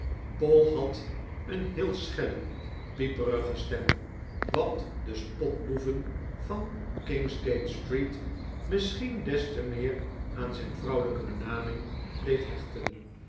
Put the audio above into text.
poll had een heel schelle pieperige stem wat de spotboeven van kingsgate street misschien des te meer aan zijn vrouwelijke benaming deed hechten